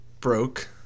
Broke